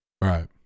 Right